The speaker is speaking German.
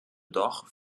doch